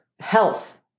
health